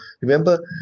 remember